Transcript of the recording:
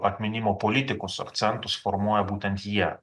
atminimo politikos akcentus formuoja būtent jie